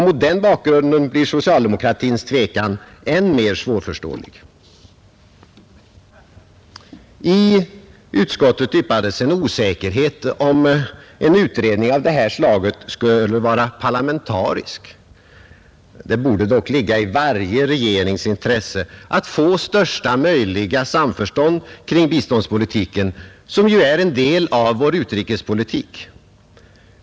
Mot denna bakgrund blir socialdemokratins tvekan än mer svårförståelig. I utskottet yppades en osäkerhet, om en utredning av det här slaget skulle vara parlamentarisk. Det borde dock ligga i varje regerings intresse att få största möjliga samförstånd kring biståndspolitiken, som ju är en del av vår utrikespolitik.